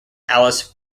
alice